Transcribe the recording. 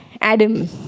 Adam